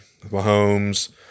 Mahomes